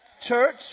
Church